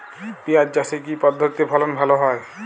পিঁয়াজ চাষে কি পদ্ধতিতে ফলন ভালো হয়?